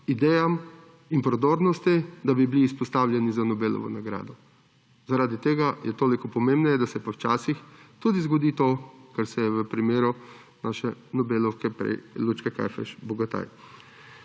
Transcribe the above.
idejam in prodornosti, da bi bili izpostavljeni za Nobelovo nagrado. Zaradi tega je toliko pomembneje, da se pa včasih tudi zgodi to, kar se je v primeru naše Nobelovke Lučke Kajfež Bogataj.